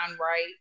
right